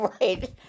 right